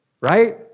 Right